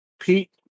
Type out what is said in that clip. Pete